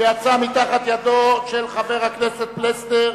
שיצאה מתחת ידו של חבר הכנסת פלסנר: